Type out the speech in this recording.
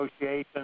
negotiations